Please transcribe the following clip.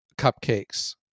cupcakes